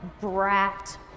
brat